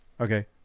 Okay